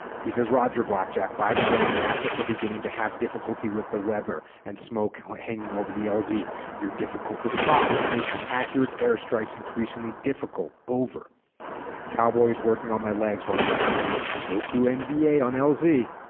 he says roger blackjack by the way the assets are beginning to have difficulty with the weather and smoke hanging over the ah lz you're difficult to spot which makes accurate airstrikes increasingly difficult over cowboy is working on my legs while he's telling me boku nva on ah lz